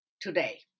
today